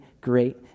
great